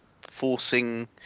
forcing